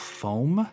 foam